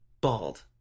Bald